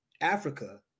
Africa